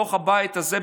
בתוך הבית הזה,